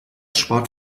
spart